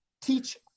Teach